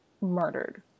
murdered